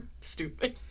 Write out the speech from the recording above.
stupid